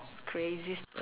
crazy sto~